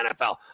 NFL